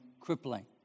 crippling